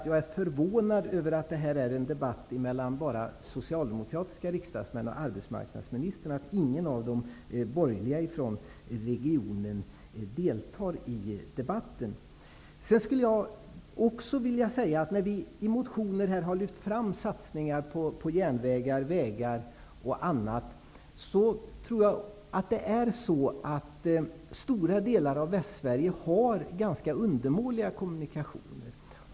Jag är förvånad över att det här är en debatt med bara socialdemokratiska riksdagsmän och arbetsmarknadsministern och att ingen av de borgerliga ledamöterna från regionen deltar i debatten. Vi har i motioner lyft fram satsningar på järnvägar, vägar och annat. Jag tror nämligen att stora delar av Västsverige har ganska undermåliga kommunikationer.